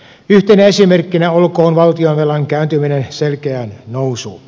yhtenä esimerkkinä olkoon valtionvelan kääntyminen selkeään nousuun